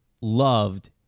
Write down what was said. loved